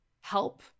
help